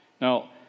Now